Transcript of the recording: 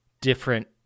different